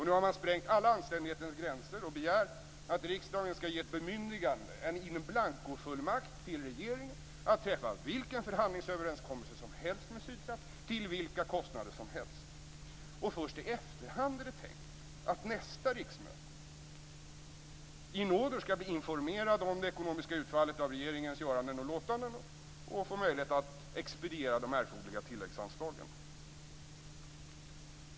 Nu har man sprängt alla anständighetens gränser och begär att riksdagen skall ge ett bemyndigande, en in blancofullmakt, till regeringen att träffa vilka förhandlingsöverenskommelser som helst med Sydkraft och till vilka kostnader som helst. Först i efterhand är det tänkt att nästa riksdag i nåder skall bli informerad om det ekonomiska utfallet av regeringens göranden och låtanden och få möjlighet att expediera de erforderliga tilläggsanslagen.